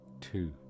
Two